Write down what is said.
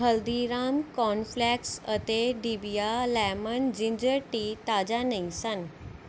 Haldiram cornflakes ਅਤੇ ਡਿਬਿਹਾ lemon ginger tea ਤਾਜ਼ਾ ਨਹੀਂ ਸਨ